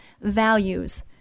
values